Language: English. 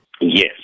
Yes